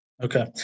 Okay